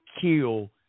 kill